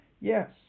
Yes